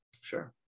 Sure